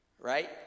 right